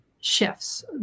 shifts